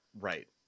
Right